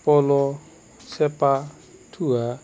প'ল' চেপা থোহা